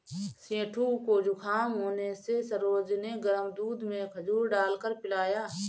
सेठू को जुखाम होने से सरोज ने गर्म दूध में खजूर डालकर पिलाया